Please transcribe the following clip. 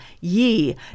Ye